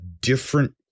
different